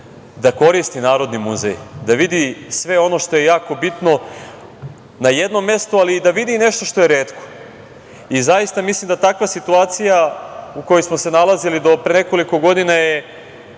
da koristi Narodni muzej, da vidi sve ono što je jako bitno na jednom mestu, ali i da vidi nešto što je retko. Zaista mislim da takva situacija u kojoj smo se nalazili do pre nekoliko godina je